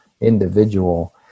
individual